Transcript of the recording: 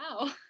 wow